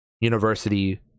university